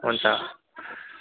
हुन्छ